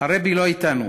הרעבע לא אתנו,